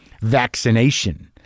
vaccination